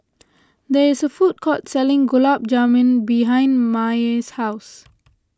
there is a food court selling Gulab Jamun behind Maye's house